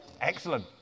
excellent